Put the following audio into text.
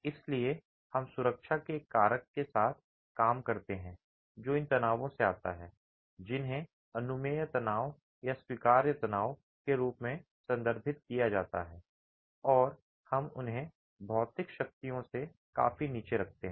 इसलिए हम सुरक्षा के एक कारक के साथ काम करते हैं जो इन तनावों से आता है जिन्हें अनुमेय तनाव या स्वीकार्य तनाव के रूप में संदर्भित किया जाता है और हम उन्हें भौतिक शक्तियों से काफी नीचे रखते हैं